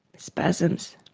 spasms.